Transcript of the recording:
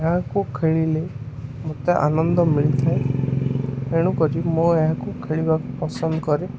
ଏହାକୁ ଖେଳିଲେ ମୋତେ ଆନନ୍ଦ ମିଳିଥାଏ ତେଣୁକରି ମୁଁ ଏହାକୁ ଖେଳିବାକୁ ପସନ୍ଦ କରେ